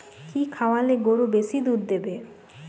কি খাওয়ালে গরু বেশি দুধ দেবে?